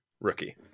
rookie